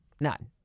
none